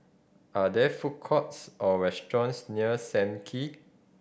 are there food courts or restaurants near Sam Kee